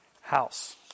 house